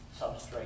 substrate